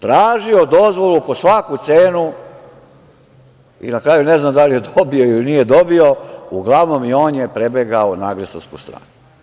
Tražio dozvolu po svaku cenu i na kraju ne znam da li je dobio ili nije dobio, uglavnom i on je prebegao na agresorsku stranu.